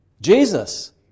Jesus